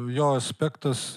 jo aspektas